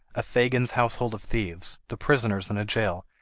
a fagin's household of thieves, the prisoners in a jail,